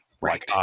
Right